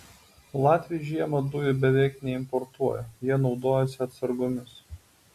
latviai žiemą dujų beveik neimportuoja jie naudojasi atsargomis